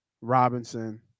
Robinson